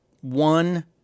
One